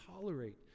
tolerate